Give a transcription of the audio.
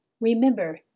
remember